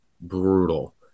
brutal